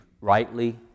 rightly